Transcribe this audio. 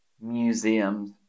Museums